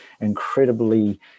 incredibly